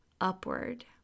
upward